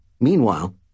Meanwhile